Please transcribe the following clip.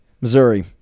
Missouri